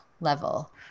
level